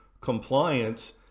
compliance